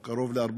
או קרוב ל-400,